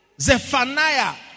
Zephaniah